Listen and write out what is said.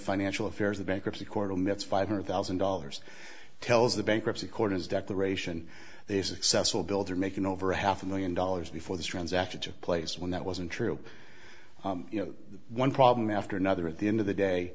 financial affairs the bankruptcy court omits five hundred thousand dollars tells the bankruptcy court his declaration they successful builder making over a half a million dollars before this transaction took place when that wasn't true you know one problem after another at the end of the day